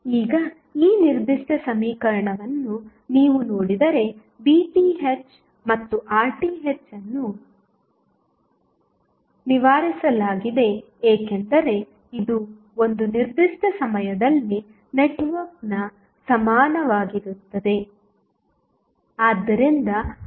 ಈಗ ಈ ನಿರ್ದಿಷ್ಟ ಸಮೀಕರಣವನ್ನು ನೀವು ನೋಡಿದರೆ VTh ಮತ್ತು RTh ಅನ್ನು ನಿವಾರಿಸಲಾಗಿದೆ ಏಕೆಂದರೆ ಇದು ಒಂದು ನಿರ್ದಿಷ್ಟ ಸಮಯದಲ್ಲಿ ನೆಟ್ವರ್ಕ್ನ ಸಮಾನವಾಗಿರುತ್ತದೆ